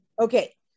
okay